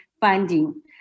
funding